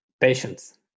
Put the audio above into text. Patience